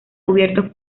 cubiertos